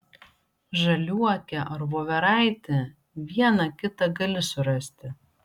žaliuokę ar voveraitę vieną kitą gali surasti